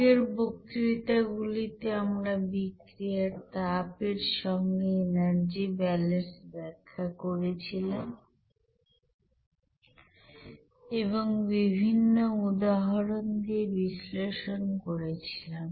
আগের বক্তৃতাগুলিতে আমরা বিক্রিয়ার তাপ এর সঙ্গে এনার্জি ব্যালেন্স ব্যাখ্যা করেছিলাম এবং বিভিন্ন উদাহরণ দিয়ে বিশ্লেষণ করেছিলাম